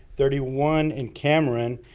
thirty one in cameron,